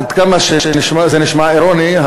עד כמה שזה נשמע אירוני,